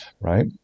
Right